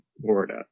Florida